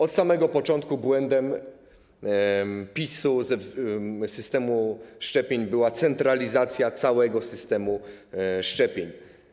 Od samego początku błędem PiS-u w zakresie systemu szczepień była centralizacja całego systemu szczepień.